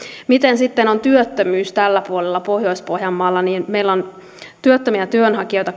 miten sitten on työttömyys tällä puolella pohjois pohjanmaalla meillä on työttömiä työnhakijoita